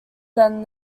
than